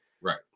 Right